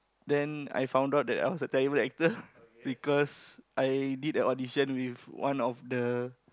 then I found out that I was a terrible actor cause I did a audition with one of the